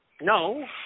No